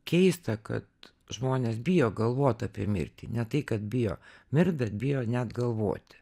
keista kad žmonės bijo galvot apie mirtį ne tai kad bijo mirt bet bijo net galvoti